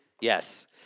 Yes